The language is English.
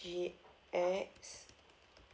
G X